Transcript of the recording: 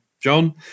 John